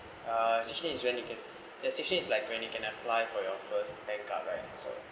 uh the section is when you can the section is like when you can apply for your first bank card right so